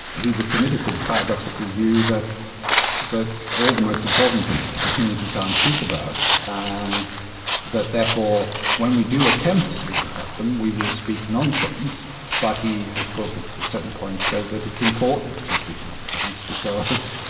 he was committed to this paradoxical view that that all the most important things things we can't speak about and that therefore when we do attempt to speak about them we will speak nonsense but he of course, at certain points, says that it's important to speak nonsense, because